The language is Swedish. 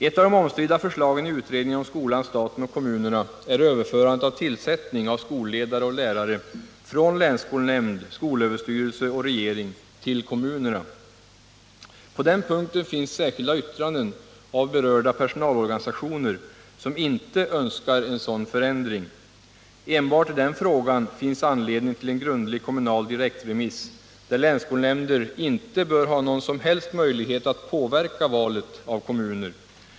Ett av de omstridda förslagen i utredningen om skolan, staten och kommunerna är överförandet av tillsättning av skolledare och lärare från länsskolnämnd, SÖ och regering till kommunerna. På den punkten föreligger särskilda yttranden av berörda personalorganisationer, som inte önskar en sådan förändring. Enbart i den frågan finns anledning till en grundlig kommunal direktremiss, där länsskolnämnder inte bör ha någon som helst möjlighet att påverka valet av kommuner.